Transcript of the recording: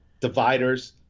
dividers